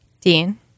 Dean